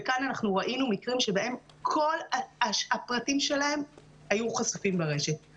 וכאן אנחנו ראינו מקרים שבהם כל הפרטים שלהן היו חשופים ברשת.